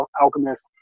alchemist